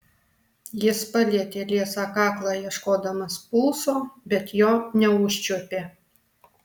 jis palietė liesą kaklą ieškodamas pulso bet jo neužčiuopė